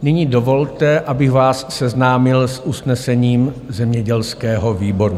Nyní mi dovolte, abych vás seznámil s usnesením zemědělského výboru.